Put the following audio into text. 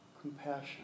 compassion